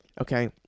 Okay